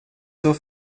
zur